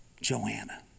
Joanna